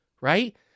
right